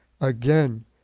again